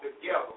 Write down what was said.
together